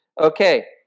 Okay